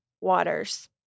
waters